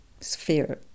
sphere